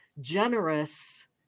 generous